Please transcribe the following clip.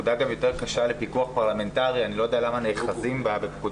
הפקודה גם יותר קשה לפיקוח פרלמנטרי ואני לא יודע למה נאחזים בה.